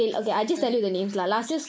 mm